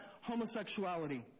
homosexuality